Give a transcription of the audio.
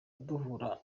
duhura